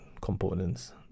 components